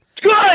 Good